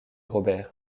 robert